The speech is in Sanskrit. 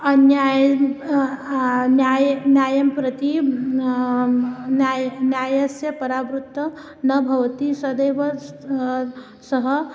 अन्यायं न्यायं न्यायं प्रति न्याय न्यायस्य परावृत्तः न भवति सदैव सः